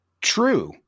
true